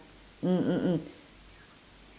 mm mm mm